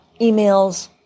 emails